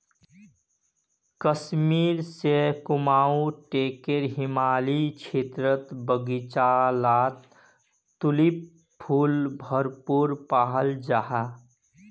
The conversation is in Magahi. कश्मीर से कुमाऊं टेकर हिमालयी क्षेत्रेर बघिचा लात तुलिप फुल भरपूर पाल जाहा